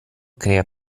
crea